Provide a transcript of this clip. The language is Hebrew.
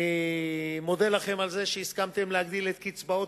אני מודה לכם על שהסכמתם להגדיל את קצבאות